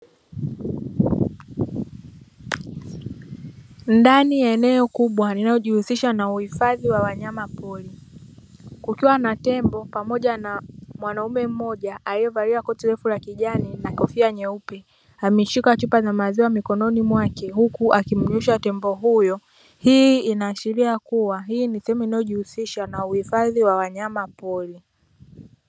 Ndani ya eneo kubwa linalojihusisha na uhifadhi wa wanyama pori, kukiwa na tembo pamoja na mwanaume mmoja aliyevalia koti refu la kijani na kofia nyeupe, ameshuka chupa za maziwa mikononi mwake huku akimnyusha tembo huyo hii inaashiria kuwa hii ni sehemu inayojihusisha na uhifadhi wa wanyama pori.